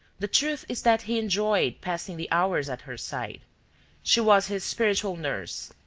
the truth is that he enjoyed passing the hours at her side she was his spiritual nurse,